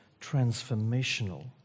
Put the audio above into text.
transformational